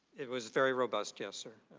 it was very robust. yes sir.